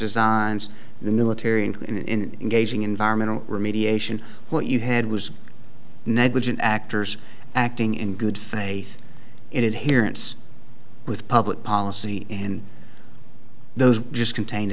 designs in the military and in engaging environmental remediation what you had was negligent actors acting in good faith in adherence with public policy and those just contained